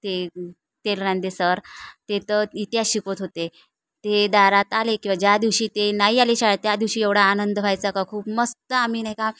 ते तेलरांधे सर ते तर इतिहास शिकवत होते ते दारात आले किंवा ज्या दिवशी ते नाही आले शाळेत त्या दिवशी एवढा आनंद व्हायचा का खूप मस्त आम्ही नाही का